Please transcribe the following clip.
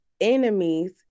enemies